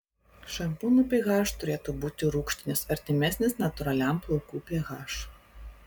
šampūnų ph turėtų būti rūgštinis artimesnis natūraliam plaukų ph